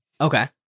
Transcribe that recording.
Okay